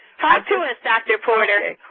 to us, dr. porter.